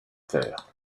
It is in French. terre